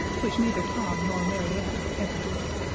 which neither tom nor mary ann ever did.